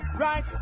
Right